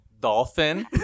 Dolphin